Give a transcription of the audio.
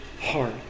heart